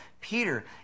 Peter